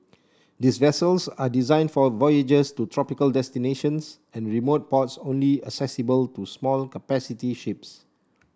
these vessels are designed for voyages to tropical destinations and remote ports only accessible to small capacity ships